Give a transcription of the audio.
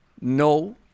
no